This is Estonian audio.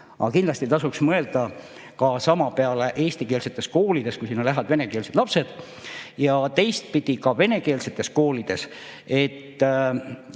Kindlasti tasuks mõelda sama peale eestikeelsetes koolides, kui sinna lähevad venekeelsed lapsed, ja teistpidi ka venekeelsetes koolides.